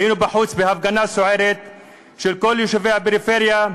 היינו בחוץ בהפגנה של כל יישובי הפריפריה,